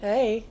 Hey